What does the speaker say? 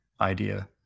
idea